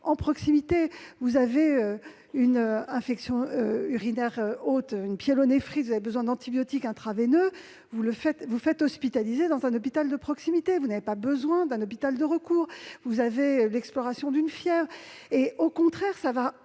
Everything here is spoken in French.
en proximité. Si vous avez une infection urinaire haute, une pyélonéphrite, et que vous avez besoin d'antibiotiques intraveineux, vous serez hospitalisée dans un hôpital de proximité, vous n'aurez pas besoin d'un hôpital de recours. Même chose pour l'exploration d'une fièvre. Cette organisation,